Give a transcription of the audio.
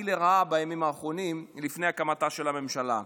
לרעה בימים האחרונים לפני הקמתה של הממשלה.